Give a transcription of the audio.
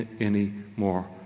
anymore